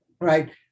right